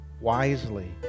wisely